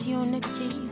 unity